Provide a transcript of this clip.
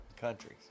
countries